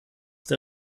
der